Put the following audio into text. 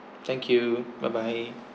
thank you bye bye